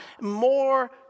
more